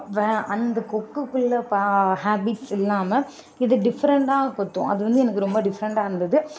வ அந்த கொக்குக்குள்ளே ப ஹேபிட்ஸ் இல்லாமல் இது டிஃப்ரெண்டாக கொத்தும் அது வந்து எனக்கு ரொம்ப டிஃப்ரெண்டாக இருந்தது